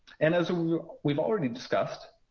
and as we've already discussed,